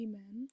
men